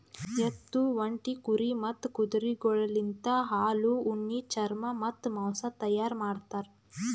ಎತ್ತು, ಒಂಟಿ, ಕುರಿ ಮತ್ತ್ ಕುದುರೆಗೊಳಲಿಂತ್ ಹಾಲು, ಉಣ್ಣಿ, ಚರ್ಮ ಮತ್ತ್ ಮಾಂಸ ತೈಯಾರ್ ಮಾಡ್ತಾರ್